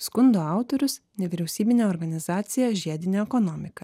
skundo autorius nevyriausybinė organizacija žiedinė ekonomika